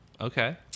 Okay